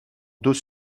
deux